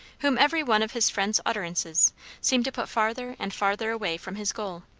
whom every one of his friend's utterances seemed to put farther and farther away from his goal.